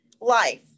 life